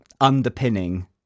underpinning